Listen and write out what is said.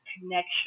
connection